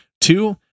Two